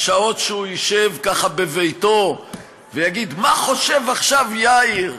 השעות שהוא ישב ככה בביתו ויגיד: מה חושב עכשיו יאיר,